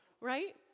Right